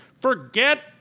Forget